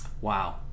Wow